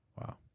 Wow